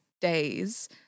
days